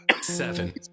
Seven